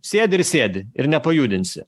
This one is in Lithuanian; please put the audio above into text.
sėdi ir sėdi ir nepajudinsi